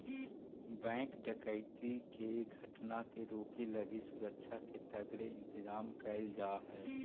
bank डकैती के घटना के रोके लगी सुरक्षा के तगड़े इंतजाम कैल जा हइ